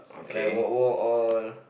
like walk walk all